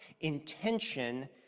intention